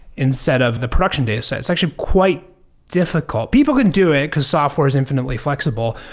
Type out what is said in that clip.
instead of the production dataset? it's actually quite difficult. people could do it, because software is infinitely flexible.